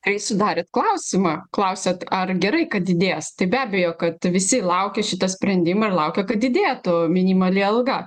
tai sudarėt klausimą klausiat ar gerai kad didės tai be abejo kad visi laukia šitą sprendimą ir laukia kad didėtų minimali alga